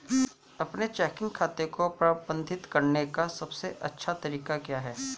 अपने चेकिंग खाते को प्रबंधित करने का सबसे अच्छा तरीका क्या है?